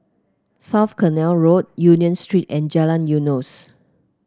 South Canal Road Union Street and Jalan Eunos